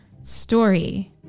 story